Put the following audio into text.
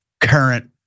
Current